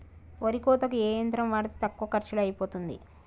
వరి కోతకి ఏ యంత్రం వాడితే తక్కువ ఖర్చులో అయిపోతుంది?